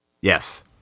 Yes